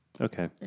Okay